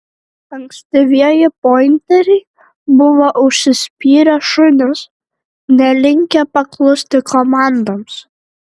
ankstyvieji pointeriai buvo užsispyrę šunys nelinkę paklusti komandoms